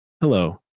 hello